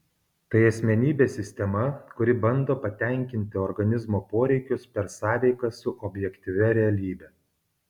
tai asmenybės sistema kuri bando patenkinti organizmo poreikius per sąveiką su objektyvia realybe